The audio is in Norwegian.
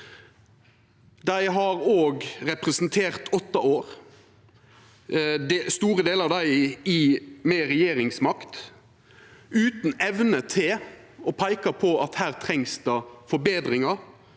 Dei har òg representert han i åtte år, store delar av dei med regjeringsmakt, utan evne til å peika på at det trengst forbetringar